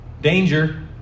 Danger